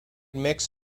mix